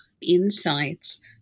insights